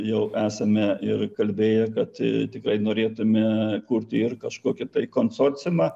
jau esame ir kalbėję kad tikrai norėtume įkurti ir kažkokį konsorciumą